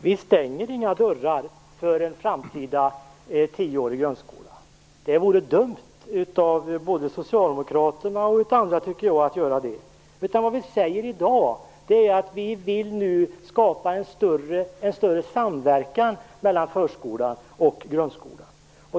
Herr talman! Vi stänger inga dörrar för en framtida tioårig grundskola. Det vore dumt av Socialdemokraterna och andra att göra det. I dag säger vi att nu vill vi skapa en större samverkan mellan förskolan och grundskolan.